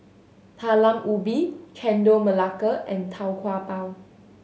Talam Ubi Chendol Melaka and Tau Kwa Pau